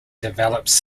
develops